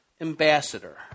ambassador